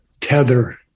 tether